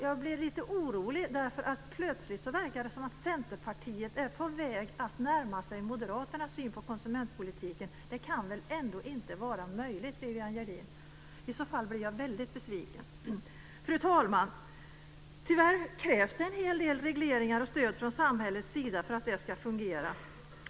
Jag blev lite orolig. Plötsligt verkar det som att Centerpartiet är på väg att närma sin moderaternas syn på konsumentpolitiken. Det kan väl ändå inte vara möjligt. I så fall blir jag väldigt besviken. Fru talman! Tyvärr krävs det en hel del regleringar och stöd från samhällets sida för att detta ska fungera.